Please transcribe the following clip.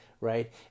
right